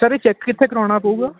sir ਇਹ check ਕਿੱਥੇ ਕਰਾਉਣਾ ਪਊਗਾ